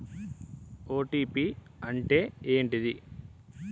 OTP అంటే ఏంటిది?